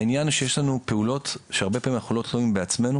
העניין שיש לנו פעולות שהרבה פעמים אנחנו לא תלויים בעצמנו.